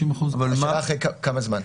השאלה אחרי כמה זמן.